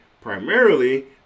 primarily